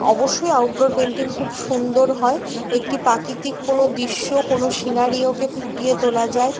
অবশ্যই outdoor painting খুব সুন্দর হয় একটি কোনো দৃশ্য কোনো সিনারিওকে ফুটিয়ে তোলা যায়